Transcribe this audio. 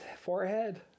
forehead